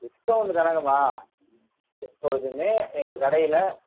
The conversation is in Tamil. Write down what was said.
டிஸ்கௌண்ட் தராங்கம்மா எப்பொழுதும் எங்கள் கடையில்